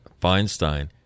Feinstein